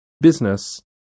business